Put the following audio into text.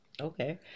Okay